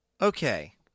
Okay